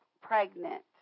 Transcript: pregnant